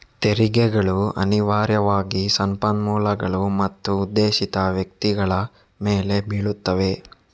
ತೆರಿಗೆಗಳು ಅನಿವಾರ್ಯವಾಗಿ ಸಂಪನ್ಮೂಲಗಳು ಮತ್ತು ಉದ್ದೇಶಿತ ವ್ಯಕ್ತಿಗಳ ಮೇಲೆ ಬೀಳುತ್ತವೆ